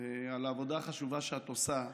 על העבודה החשובה שאת עושה.